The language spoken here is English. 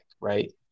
right